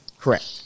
Correct